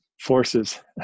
forces